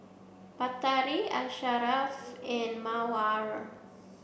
Batari Asharaff and Mawar